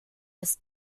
des